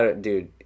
Dude